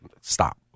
stop